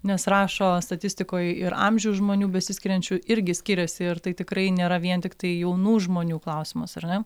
nes rašo statistikoj ir amžių žmonių besiskiriančių irgi skiriasi ir tai tikrai nėra vien tiktai jaunų žmonių klausimas ar ne